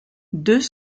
deux